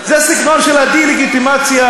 זה הסגנון של הדה-לגיטימציה,